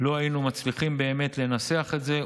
לא היינו מצליחים לנסח את זה,